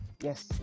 yes